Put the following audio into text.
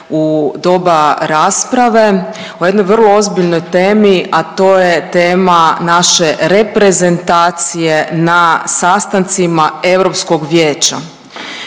u doba rasprave o jednoj vrlo ozbiljnoj temi, a to je tema naše reprezentacije na sastancima Europskog vijeća.